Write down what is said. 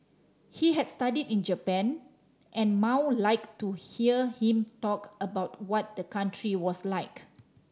he had studied in Japan and Mao liked to hear him talk about what the country was like